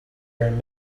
and